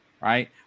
Right